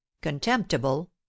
contemptible